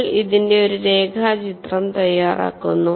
നിങ്ങൾ ഇതിന്റെ ഒരു രേഖാചിത്രം തയ്യാറാക്കുന്നു